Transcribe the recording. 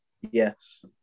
Yes